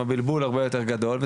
הבלבול הרבה יותר גדול.